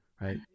right